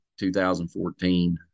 2014